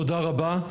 תודה רבה.